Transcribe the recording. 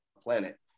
planet